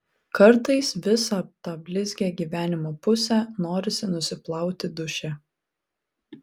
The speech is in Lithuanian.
kartais visą tą blizgią gyvenimo pusę norisi nusiplauti duše